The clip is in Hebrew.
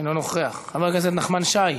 אינו נוכח, חבר הכנסת נחמן שי,